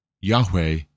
Yahweh